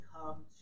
come